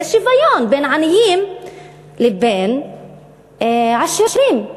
זה שוויון בין עניים לבין עשירים.